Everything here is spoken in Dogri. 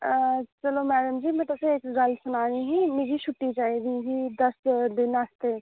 आं चलो मैडम जी में तुसेंगी इक गल्ल सनानी ही मिगी छुट्टी चाहिदी ही दस ञांरा दिन आस्तै